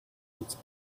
its